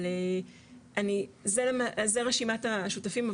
אבל זה רשימת השותפים,